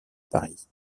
paris